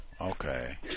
okay